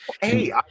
Hey